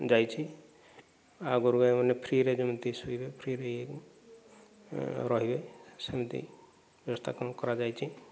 ଯାଇଛି ଆଉ ଗୋରୁଗାଈମାନେ ଫ୍ରୀରେ ଯେମିତି ଶୋଇବେ ଫ୍ରୀରେ ରହିବେ ସେମିତି ବ୍ୟବସ୍ଥା କାମ କରାଯାଇଛି